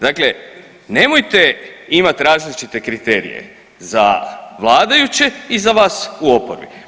Dakle, nemojte imati različite kriterije za vladajuće i za vas u oporbi.